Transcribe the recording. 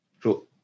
True